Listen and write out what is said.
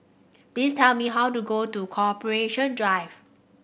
please tell me how to go to Corporation Drive